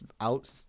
out